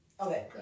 Okay